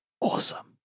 awesome